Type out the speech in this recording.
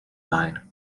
line